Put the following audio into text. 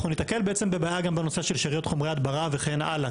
אנחנו ניתקל בעצם בבעיה גם בנושא של שאריות חומרי הדברה וכן הלאה.